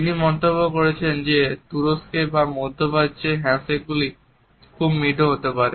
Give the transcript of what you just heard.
তিনি মন্তব্য করেছেন যে তুরস্কে বা মধ্যপ্রাচ্যের হ্যান্ডশেকগুলি খুব মৃদু হতে পারে